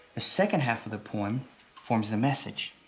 the second half of the poem forms the message.